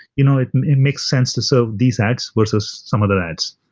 you know it it makes sense to serve these ads versus some other ads.